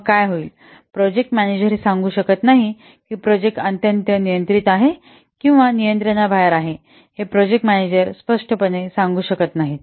मग काय होईल प्रोजेक्ट मॅनेजर हे सांगू शकत नाही की प्रोजेक्ट अत्यंत नियंत्रित आहे की नियंत्रणाबाहेर आहे हे प्रोजेक्ट प्रोजेक्ट मॅनेजर स्पष्ट सांगू शकत नाहीत